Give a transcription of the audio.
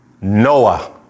Noah